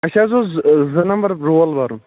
اَسہِ حظ اوس زٕ نمبر رول بَرُن